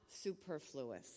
superfluous